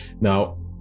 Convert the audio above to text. Now